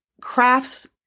crafts